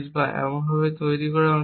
বা এমনভাবে তৈরি করা উচিত